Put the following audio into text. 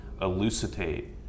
elucidate